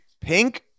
Pink